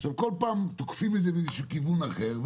כל פעם תוקפים את זה מכיוון אחר,